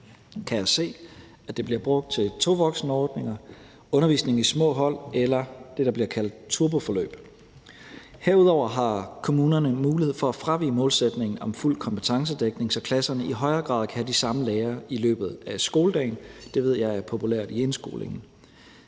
kan jeg se, at det bliver brugt til tovoksenordninger, undervisning i små hold eller det, der bliver kaldt turboforløb. Herudover har kommunerne mulighed for at fravige målsætningen om fuld kompetencedækning, så klasserne i højere grad kan have de samme lærere i løbet af skoledagen. Det ved jeg er populært i indskolingen.